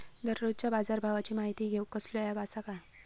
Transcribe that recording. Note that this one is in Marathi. दररोजच्या बाजारभावाची माहिती घेऊक कसलो अँप आसा काय?